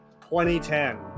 2010